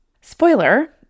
Spoiler